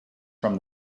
from